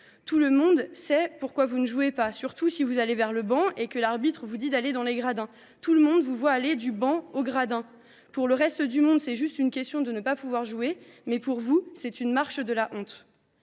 Tout le monde sait pourquoi vous ne jouez pas ; surtout si vous allez vers le banc et que l’arbitre vous dit d’aller dans les gradins, tout le monde vous voit aller du banc aux gradins. » Rien ne l’empêche de jouer !« Pour le reste du monde, c’est juste une question de ne pas pouvoir jouer, mais pour vous c’est une marche de la honte.